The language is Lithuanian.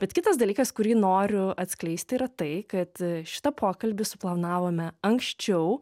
bet kitas dalykas kurį noriu atskleisti yra tai kad šitą pokalbį suplanavome anksčiau